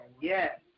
Yes